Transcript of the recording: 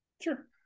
Sure